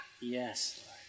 Yes